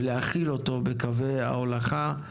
ולהכיל אותו בקווי ההולכה,